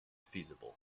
feasible